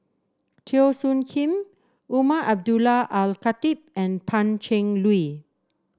Teo Soon Kim Umar Abdullah Al Khatib and Pan Cheng Lui